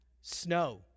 Snow